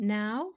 now